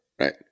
right